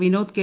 Vinod K